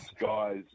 guys